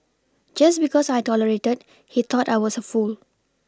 just because I tolerated he thought I was a fool